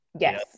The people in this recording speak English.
Yes